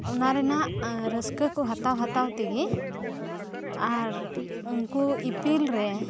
ᱚᱱᱟ ᱨᱮᱱᱟᱜ ᱨᱟᱹᱥᱠᱟᱹ ᱠᱚ ᱦᱟᱛᱟᱣ ᱦᱟᱛᱟᱣ ᱛᱮᱜᱮ ᱟᱨ ᱩᱱᱠᱩ ᱤᱯᱤᱱ ᱨᱮ